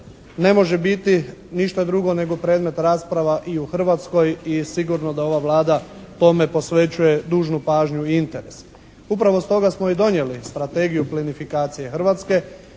ne može biti ništa drugo nego predmet rasprava i u Hrvatskoj i sigurno da ova Vlada tome posvećuje dužnu pažnju i interes. Upravo stoga smo i donijeli strategiju plinifikacije Hrvatske